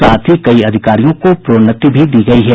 साथ ही कई अधिकारियों को प्रोन्नति भी दी गयी है